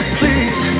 please